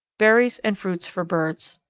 berries and fruits for birds.